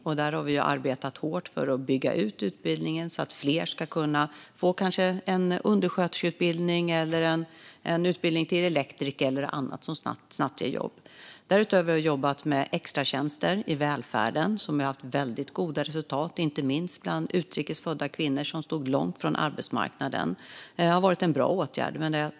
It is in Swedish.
Vi har arbetat hårt för att bygga ut utbildningar, så att fler ska kunna få utbildning till undersköterska, elektriker eller annat yrke som snabbt ger jobb. Därutöver har vi jobbat med extratjänster i välfärden, vilket har gett väldigt goda resultat, inte minst bland utrikes födda kvinnor som stått långt från arbetsmarknaden. Det har varit en bra åtgärd.